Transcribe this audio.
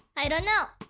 i don't know.